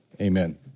amen